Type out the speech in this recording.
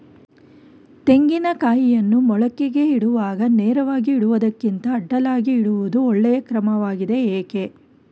ತೆಂಗಿನ ಕಾಯಿಯನ್ನು ಮೊಳಕೆಗೆ ಇಡುವಾಗ ನೇರವಾಗಿ ಇಡುವುದಕ್ಕಿಂತ ಅಡ್ಡಲಾಗಿ ಇಡುವುದು ಒಳ್ಳೆಯ ಕ್ರಮವಾಗಿದೆ ಏಕೆ?